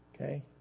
Okay